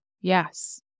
Yes